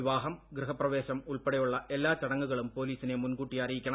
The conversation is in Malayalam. വിവാഹം ഗൃഹപ്രവേശം ഉൾപ്പെടെയുള്ള എല്ലാ ചടങ്ങുകളും പോലീസിനെ മുൻകൂട്ടി അറിയിക്കണം